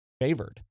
favored